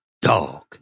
Dog